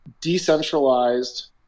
decentralized